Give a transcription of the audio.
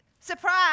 Surprise